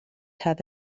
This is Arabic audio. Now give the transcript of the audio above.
هذا